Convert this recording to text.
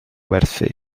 werthu